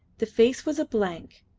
the face was a blank,